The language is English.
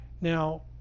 Now